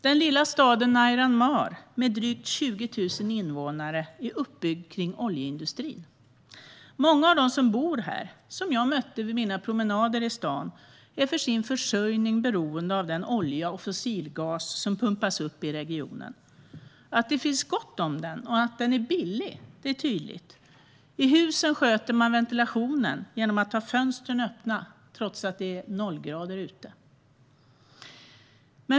Den lilla staden Narjan-Mar med drygt 20 000 invånare är uppbyggd kring oljeindustrin. Många av de som bor här, som jag mötte vid mina promenader i staden, är för sin försörjning beroende av den olja och fossilgas som pumpas upp i regionen. Att det finns gott om olja och att den är billig är tydligt, för i husen sköter man ventilationen genom att ha fönstren öppna trots att det är nollgrader ute.